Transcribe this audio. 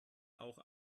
auch